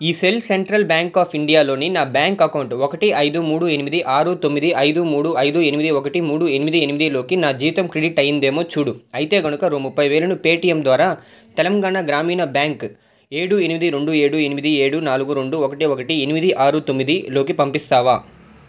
ఈ cell central bank of ఇండియాలోని నా బ్యాంక్ అకౌంటు ఒకటి ఐదు మూడు ఎనిమిది ఆరు తొమ్మిది ఐదు మూడు ఐదు ఎనిమిది ఒకటి మూడు ఎనిమిది ఎనిమిదిలోకి నా జీతం క్రెడిట్ అయ్యిందేమో చూడు అయితే గనుక ముప్పైవేలని పేటిఎమ్ ద్వారా తెలంగాణ గ్రామీణ బ్యాంక్ ఏడు ఎనిమిది రెండు ఏడు ఎనిమిది ఏడు నాలుగు రెండు ఒకటి ఒకటి ఎనిమిది ఆరు తొమ్మిదిలోకి పంపిస్తావా